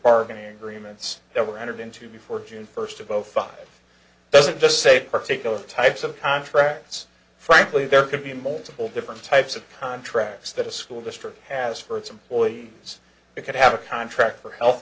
bargaining agreements that were entered into before june first of all five doesn't just say particular types of contracts frankly there could be more simple different types of contracts that a school district has for its employees it could have a contract for health